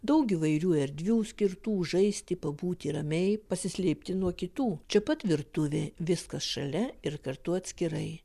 daug įvairių erdvių skirtų žaisti pabūti ramiai pasislėpti nuo kitų čia pat virtuvė viskas šalia ir kartu atskirai